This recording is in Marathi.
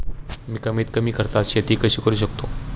मी कमीत कमी खर्चात शेती कशी करू शकतो?